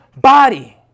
body